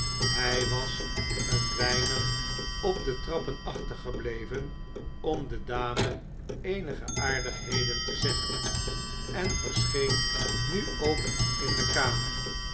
hij was een weinig op de trappen achtergebleven om de dame eenige aardigheden te zeggen en verscheen nu ook in de kamer